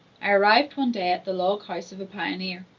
i arrived one day at the log house of a pioneer.